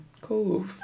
cool